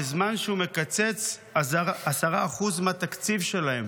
בזמן שהוא מקצץ 10% מהתקציב שלהן.